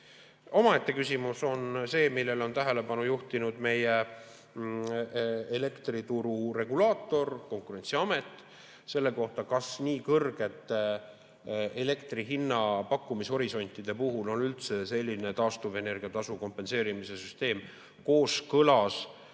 Omaette küsimus on see, millele on tähelepanu juhtinud meie elektrituru regulaator, Konkurentsiamet: kas elektri hinna nii kõrgete pakkumishorisontide puhul on üldse selline taastuvenergia tasu kompenseerimise süsteem kooskõlas